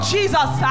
Jesus